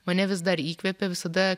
mane vis dar įkvepia visada